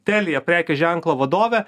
telia prekės ženklo vadovę